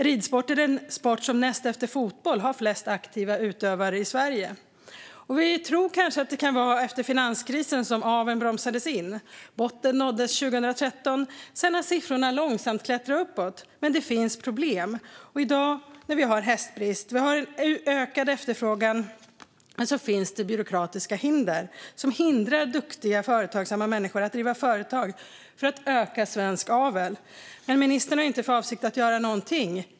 Ridsporten är den sport som näst efter fotboll har flest aktiva utövare i Sverige.Men ministern har inte för avsikt att göra någonting.